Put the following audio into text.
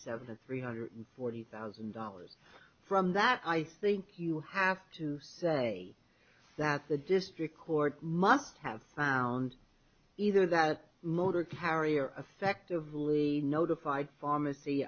seven three hundred forty thousand dollars from that i think you have to say that the district court must have found either that motor carrier effectively notified pharmacy